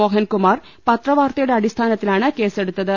മോഹൻ കുമാർ പത്രവാർത്തയുടെ അടിസ്ഥാനത്തിലാണ് കേസെടുത്തത്